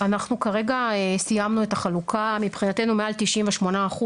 אנחנו כרגע סיימנו את החלוקה, מבחינתנו מעל 98%